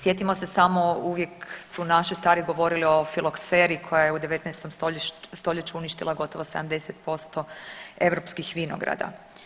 Sjetimo se samo uvijek su naši stari govorili o filokseri koja je u 19. stoljeću uništila gotovo 70% europskih vinograda.